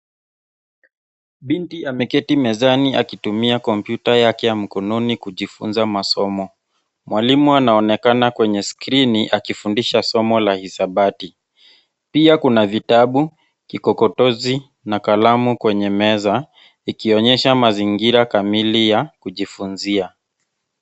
Binti ameketi mezani akitumia kompyuta yake ya mkononi kujifunza masomo. Mwalimu anaonekana kwenye screen , akifundisha somo la hisabati. Pia kuna vitabu, kikokotozi na kalamu kwenye meza, ikionyesha mazingira kamili ya kujifunzia.